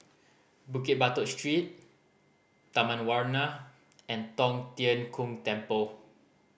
Bukit Batok Street Taman Warna and Tong Tien Kung Temple